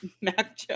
Mac